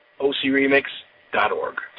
ocremix.org